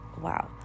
Wow